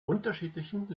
unterschiedlichen